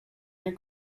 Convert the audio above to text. nie